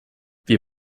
wir